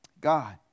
God